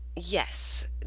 Yes